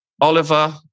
Oliver